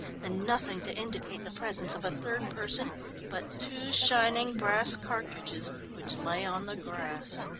and nothing to indicate the presence of a third person but two shining brass cartridges which lay on the grass.